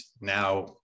now